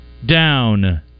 Down